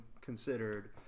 considered